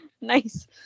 Nice